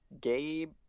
Gabe